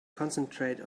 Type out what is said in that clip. concentrate